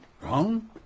Wrong